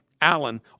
Allen